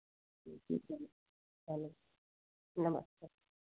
चलो नमस्ते